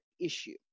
issue